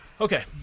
Okay